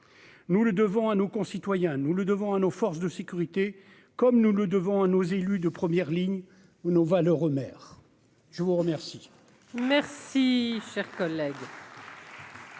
nous le devons à nos concitoyens, nous le devons à nos forces de sécurité, comme nous le devons à nos élus de première ligne ou nos valeurs, je vous remercie.